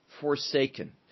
forsaken